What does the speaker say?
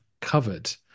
covered